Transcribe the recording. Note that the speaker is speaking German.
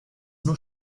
nur